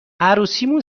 عروسیمون